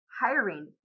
hiring